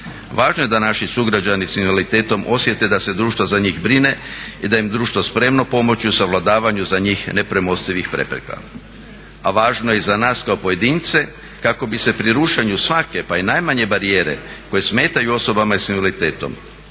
Važno je da naši sugrađani sa invaliditetom osjete da se društvo za njih brine i da im je društvo spremno pomoći u savladavanju za njih nepremostivih prepreka. A važno je i za nas kao pojedince kako bi se pri rušenju svake, pa i najmanje barijere koje smetaju osobama sa invaliditetom,